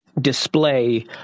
display